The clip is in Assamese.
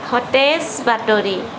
সতেজ বাতৰি